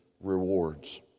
rewards